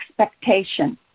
expectation